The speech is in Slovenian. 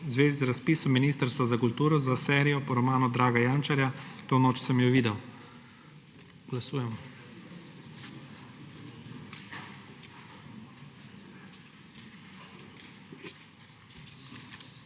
v zvezi z razpisom Ministrstva za kulturo za serijo po romanu Draga Jančarja To noč sem jo videl Glasujemo.